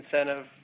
incentive